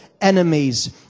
enemies